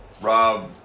Rob